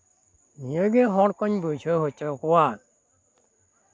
ᱱᱤᱭᱟᱹᱜᱮ ᱦᱚᱲ ᱠᱚᱧ ᱵᱩᱡᱷᱟᱹᱣ ᱦᱚᱪᱚ ᱠᱚᱣᱟ